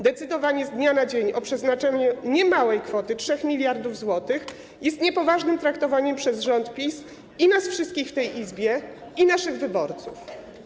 Decydowanie z dnia na dzień o przeznaczeniu niemałej kwoty 3 mld zł jest niepoważnym traktowaniem przez rząd PiS i nas wszystkich w tej Izbie, i naszych wyborców.